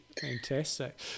Fantastic